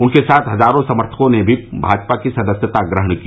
उनके साथ हजारों समर्थकों ने भी भाजपा की सदस्यता ग्रहण की